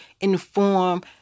inform